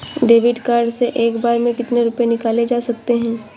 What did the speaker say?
David card से एक बार में कितनी रूपए निकाले जा सकता है?